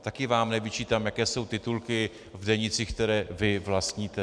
Taky vám nevyčítám, jaké jsou titulky v denících, které vy vlastníte.